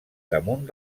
damunt